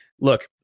look